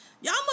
y'all